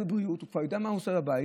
בבריאות והוא כבר יודע מה הוא עושה לבית.